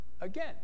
again